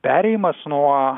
perėjimas nuo